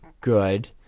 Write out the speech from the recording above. good